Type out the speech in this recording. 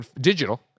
Digital